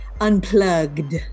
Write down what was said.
unplugged